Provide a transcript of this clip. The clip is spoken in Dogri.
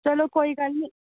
चलो कोई गल्ल नेईं